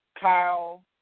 Kyle